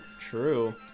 true